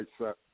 set